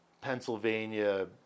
Pennsylvania